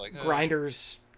grinders